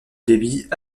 débit